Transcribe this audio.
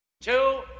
Two